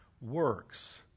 works